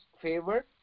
favor